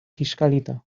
kiskalita